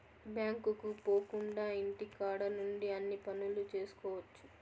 బ్యాంకుకు పోకుండా ఇంటికాడ నుండి అన్ని పనులు చేసుకోవచ్చు